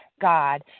God